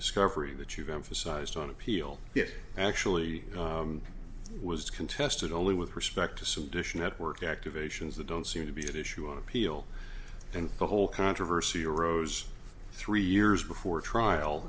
discovery that you've emphasized on appeal it actually was contested only with respect to some dish network activations that don't seem to be at issue on appeal and the whole controversy arose three years before trial